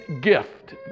gift